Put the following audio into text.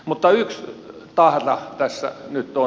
mutta yksi tahra tässä nyt on